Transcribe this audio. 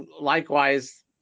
likewise